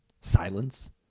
silence